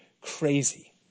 crazy